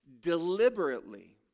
deliberately